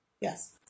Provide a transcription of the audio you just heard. Yes